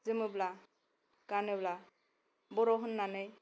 जोमोब्ला गानोब्ला बर' होननानै